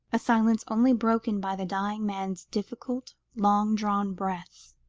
a silence only broken by the dying man's difficult long-drawn breaths,